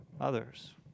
others